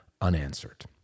unanswered